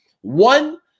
one